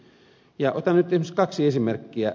otan nyt kaksi esimerkkiä